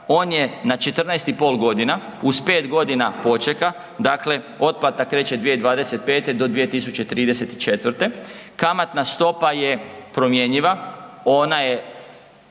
on je na 14,5 godina uz 5 godina počeka, dakle otplata kreće 2025. do 2034., kamatna stopa je promjenjiva, ona je